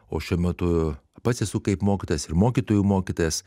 o šiuo metu pats esu kaip mokytojas ir mokytojų mokytojas